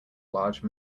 large